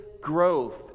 growth